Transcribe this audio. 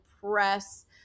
press